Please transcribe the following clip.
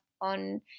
on